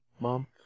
Mom